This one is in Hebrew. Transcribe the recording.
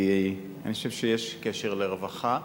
כי אני חושב שיש קשר לרווחה,